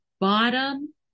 bottom